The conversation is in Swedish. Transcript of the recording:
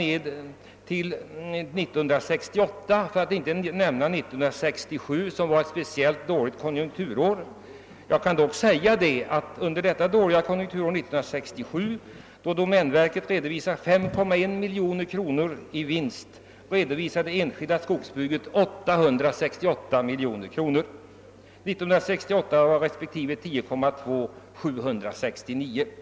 1967 var ett speciellt dåligt konjunkturår. Domänverket redovisade 5,1 miljoner kronor i vinst men de enskilda trots detta 3868 miljoner kronor. Siffrorna för 1968 var 10,2 respektive 769 miljoner kronor.